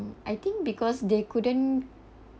I think because they couldn't